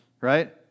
right